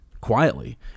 quietly